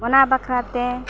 ᱚᱱᱟ ᱵᱟᱠᱷᱨᱟᱛᱮ